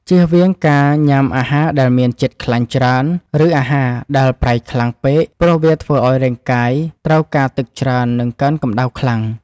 ជៀសវាងការញ៉ាំអាហារដែលមានជាតិខ្លាញ់ច្រើនឬអាហារដែលប្រៃខ្លាំងពេកព្រោះវាធ្វើឱ្យរាងកាយត្រូវការទឹកច្រើននិងកើនកម្តៅខ្លាំង។